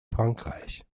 frankreich